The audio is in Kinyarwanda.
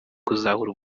kuzahura